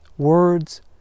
Words